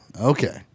Okay